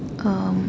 um